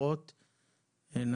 אישי ואגרות).